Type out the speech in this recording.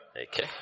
Okay